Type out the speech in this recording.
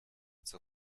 zur